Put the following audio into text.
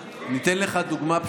אני אגיד לך מה אתם עשיתם.